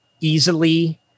Easily